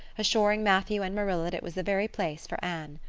assuring matthew and marilla that it was the very place for anne.